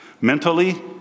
Mentally